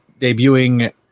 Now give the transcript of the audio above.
debuting